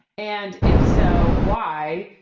and if so why.